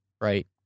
right